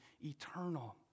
eternal